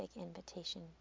invitation